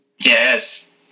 yes